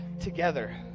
together